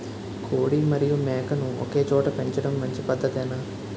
కోడి మరియు మేక ను ఒకేచోట పెంచడం మంచి పద్ధతేనా?